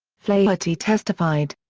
flaherty testified.